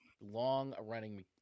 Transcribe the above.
long-running